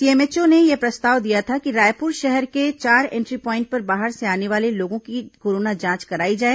CMMO ने यह प्रस्ताव दिया था कि रायपुर शहर के चार एंट्री पाइंट पर बाहर से आने वाले लोगों की कोरोना जांच कराई जाए